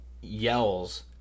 yells